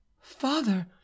Father